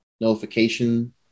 notification